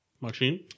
Machine